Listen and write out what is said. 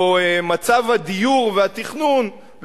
או הדיור והתכנון,